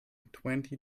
twenty